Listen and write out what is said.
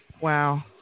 wow